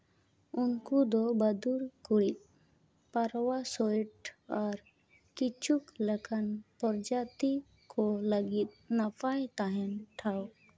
ᱩᱱᱠᱩ ᱫᱚ ᱵᱟᱹᱫᱩᱲ ᱠᱩᱬᱤᱫ ᱯᱟᱨᱣᱟ ᱥᱚᱴ ᱟᱨ ᱠᱤᱪᱷᱩᱠ ᱞᱮᱠᱟᱱ ᱯᱨᱡᱟᱛᱤ ᱠᱚ ᱞᱟᱹᱜᱤᱫ ᱱᱟᱯᱟᱭ ᱛᱟᱦᱮᱱ ᱴᱷᱟᱶ